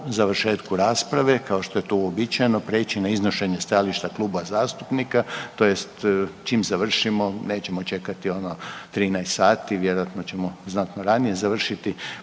završetku rasprave kao što je to uobičajeno prijeći na iznošenje stajališta kluba zastupnika tj. čim završimo nećemo čekati ono 13 sati, vjerojatno ćemo znatno ranije završiti,